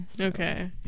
Okay